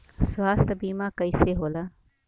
स्वास्थ्य बीमा कईसे होला?